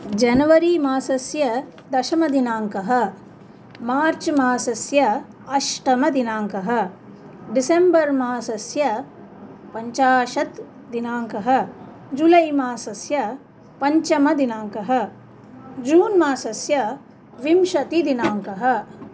January मासस्य दशमदिनाङ्कः March मासस्य अष्टमदिनाङ्कः डिसेम्बर् मासस्य पञ्चाशत्दिनाङ्कः जुलै मासस्य पञ्चमदिनाङ्कः जून् मासस्य विंशतिदिनाङ्कः